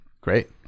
Great